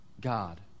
God